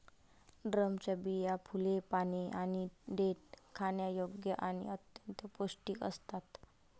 ड्रमच्या बिया, फुले, पाने आणि देठ खाण्यायोग्य आणि अत्यंत पौष्टिक असतात